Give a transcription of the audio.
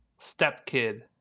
stepkid